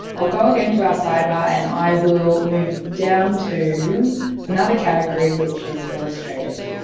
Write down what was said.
i'll go again to our sidebar and i will move down to another category which is illustrated.